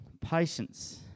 patience